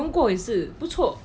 我用过也是不错